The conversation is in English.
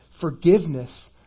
forgiveness